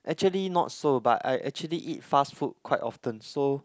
actually not so but I actually eat fast food quite often so